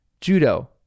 Judo